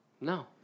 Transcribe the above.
no